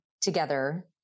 together